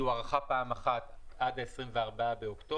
היא הוארכה פעם אחת עד ה-24 באוקטובר.